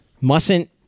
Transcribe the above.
Mustn't